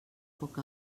poc